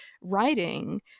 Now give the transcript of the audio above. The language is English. writing